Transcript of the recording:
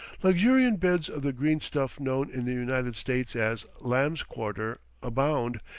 luxuriant beds of the green stuff known in the united states as lamb's-quarter, abound,